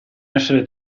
essere